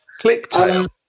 clicktail